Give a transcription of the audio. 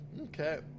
Okay